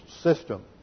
system